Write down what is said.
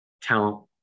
talent